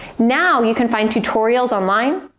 now, you can find tutorials online,